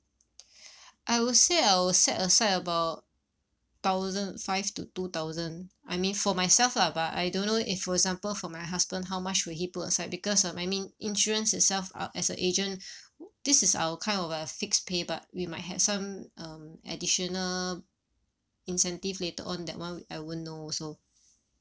I would say I will set aside about thousand five to two thousand I mean for myself lah but I don't know if for example for my husband how much will he put aside because um I mean insurance itself uh as a agent this is our kind of a fixed pay but we might had some um additional incentive later on that [one] I won't know also